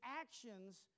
actions